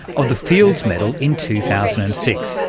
of the fields medal in two thousand and six,